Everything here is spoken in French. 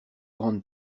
grandes